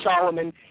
Solomon